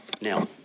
Now